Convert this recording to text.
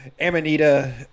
Amanita